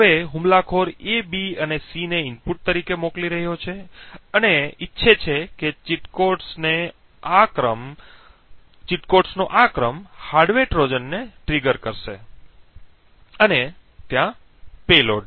હવે હુમલાખોર A B અને C ને ઇનપુટ તરીકે મોકલી રહ્યો છે અને આશા છે કે ચીટ કોડ્સનો આ ક્રમ હાર્ડવેર ટ્રોજનને ટ્રિગર કરશે અને ત્યાં પેલોડ